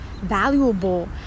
valuable